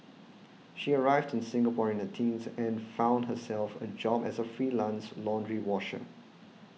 she arrived in Singapore in her teens and found herself a job as a freelance laundry washer